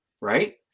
Right